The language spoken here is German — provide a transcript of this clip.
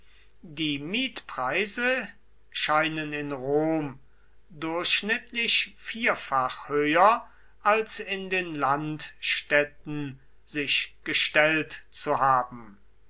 die mietpreise scheinen in rom durchschnittlich vierfach höher als in den landstädten sich gestellt zu haben